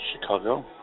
Chicago